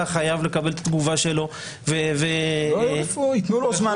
החייב לקבל את התגובה שלו --- יתנו לו זמן.